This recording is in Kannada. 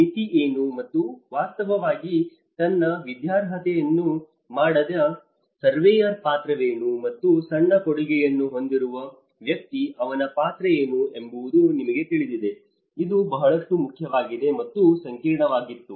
ಮಿತಿ ಏನು ಮತ್ತು ವಾಸ್ತವವಾಗಿ ತನ್ನ ವಿದ್ಯಾರ್ಹತೆಯನ್ನು ಮಾಡಿದ ಸರ್ವೇಯರ್ ಪಾತ್ರವೇನು ಮತ್ತು ಸಣ್ಣ ಕೊಡುಗೆಯನ್ನು ಹೊಂದಿರುವ ವ್ಯಕ್ತಿ ಅವನ ಪಾತ್ರ ಏನು ಎಂಬುದು ನಿಮಗೆ ತಿಳಿದಿದೆ ಇದು ಬಹಳಷ್ಟು ಮುಖ್ಯವಾಗಿದೆ ಇದು ಸಂಕೀರ್ಣವಾಗಿತ್ತು